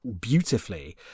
beautifully